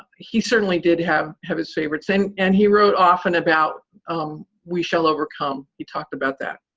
he certainly did have have his favorites. and and he wrote often about we shall overcome. he talked about that.